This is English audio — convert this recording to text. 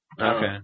Okay